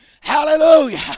Hallelujah